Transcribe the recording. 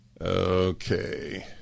Okay